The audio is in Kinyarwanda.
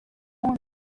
munsi